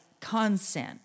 consent